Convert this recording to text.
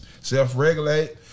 Self-regulate